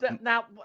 now